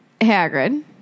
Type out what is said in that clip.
Hagrid